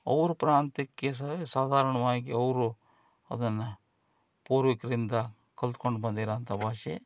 ಅವ್ರ ಪ್ರಾಂತ್ಯಕ್ಕೆ ಸಹ ಸಾಧಾರಣವಾಗಿ ಅವರು ಅದನ್ನು ಪೂರ್ವಿಕರಿಂದ ಕಲ್ತ್ಕೊಂಡು ಬಂದಿರೋ ಅಂಥ ಭಾಷೆ